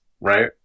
right